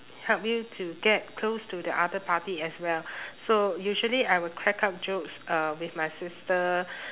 help you to get close to the other party as well so usually I would crack up jokes uh with my sister